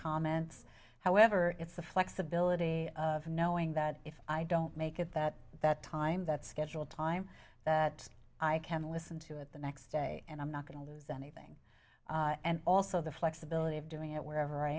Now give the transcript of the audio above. comments however it's the flexibility of knowing that if i don't make it that that time that schedule time that i can listen to it the next day and i'm not going to lose anything and also the flexibility of doing it wherever